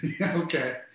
okay